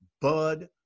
Bud